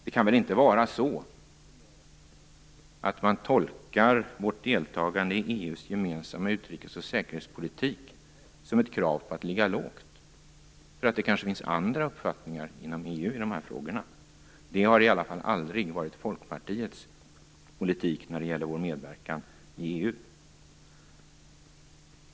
Det kan väl inte vara så att man tolkar vårt deltagande i EU:s gemensamma utrikes och säkerhetspolitik som ett krav på att ligga lågt bara för att det kanske finns andra uppfattningar i de här frågorna inom EU? Det har i alla fall aldrig varit Folkpartiets politik när det gäller vår medverkan i EU.